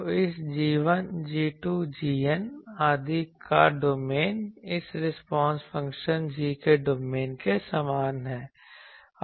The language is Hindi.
तो इस g1 g2 gn आदि का डोमेन इस रिस्पांस फ़ंक्शन g के डोमेन के समान है